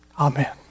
Amen